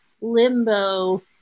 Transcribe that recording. limbo